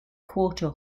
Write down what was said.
quarter